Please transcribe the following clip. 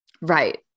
Right